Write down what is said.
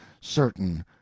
certain